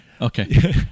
Okay